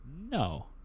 No